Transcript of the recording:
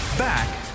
Back